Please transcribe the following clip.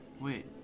Wait